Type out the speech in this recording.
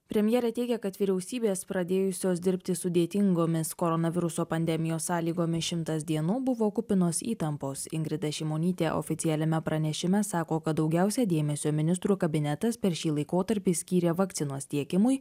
premjerė teigia kad vyriausybės pradėjusios dirbti sudėtingomis koronaviruso pandemijos sąlygomis šimtas dienų buvo kupinos įtampos ingrida šimonytė oficialiame pranešime sako kad daugiausia dėmesio ministrų kabinetas per šį laikotarpį skyrė vakcinos tiekimui